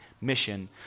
mission